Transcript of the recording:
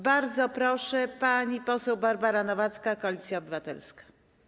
Bardzo proszę, pani poseł Barbara Nowacka, Koalicja Obywatelska.